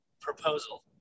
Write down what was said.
proposal